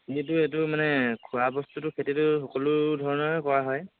যিটো এইটো মানে খোৱা বস্তুটো খেতিটো সকলো ধৰণৰে কৰা হয়